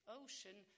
ocean